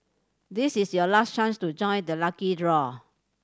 this is your last chance to join the lucky draw